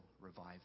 revival